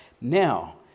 now